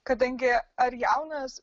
kadangi ar jaunas